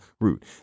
root